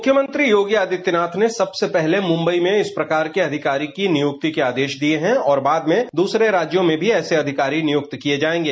मुख्यमंत्री योगी आदित्यनाथ ने सबसे पहले मुंबई में इस प्रकार के अधिकारी की नियुक्ति के आदेश दिए हैं और बाद में दूसरे राज्यों में भी ऐसे अधिकारी नियुक्त किए जाएंगे